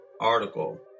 article